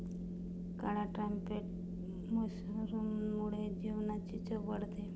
काळ्या ट्रम्पेट मशरूममुळे जेवणाची चव वाढते